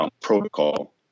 protocol